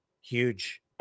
Huge